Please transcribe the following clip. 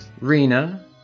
Rina